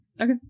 okay